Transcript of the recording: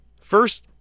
First